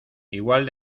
igual